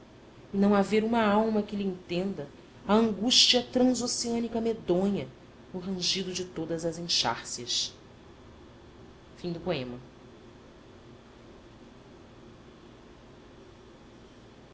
e não haver uma alma que lhe entenda a angústia transoceânica medonha no rangido de todas as enxárcias